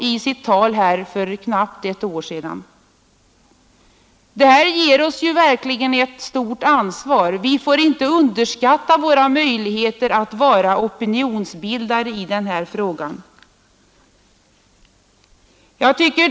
Vi har alltså ett stort ansvar. Vi får inte underskatta våra möjligheter att vara opinionsbildare i denna fråga.